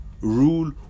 rule